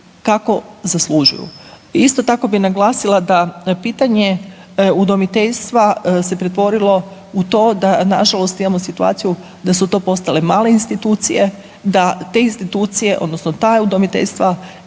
kako zaslužuju. Isto tako bi naglasila da pitanje udomiteljstva se pretvorilo u to da nažalost imamo situaciju da su to postale male institucije, da te institucije odnosno ta udomiteljstva